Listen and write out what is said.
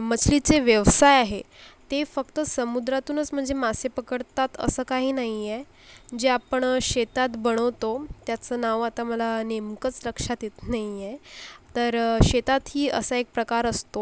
मछलीचे व्यवसाय आहे ते फक्त समुद्रातूनच म्हणजे मासे पकडतात असं काही नाही आहे जे आपण शेतात बनवतो त्याचं नाव आता मला नेमकंच लक्षात येत नाही आहे तर शेतातही असा एक प्रकार असतो